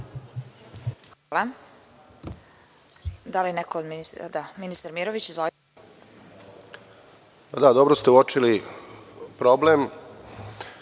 Dobro ste uočili problem.